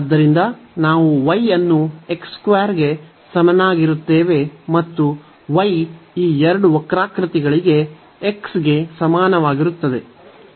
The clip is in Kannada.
ಆದ್ದರಿಂದ ನಾವು y ಅನ್ನು ಗೆ ಸಮನಾಗಿರುತ್ತೇವೆ ಮತ್ತು y ಈ ಎರಡು ವಕ್ರಾಕೃತಿಗಳಿಗೆ x ಗೆ ಸಮಾನವಾಗಿರುತ್ತದೆ